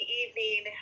evening